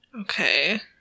Okay